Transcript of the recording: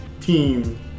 team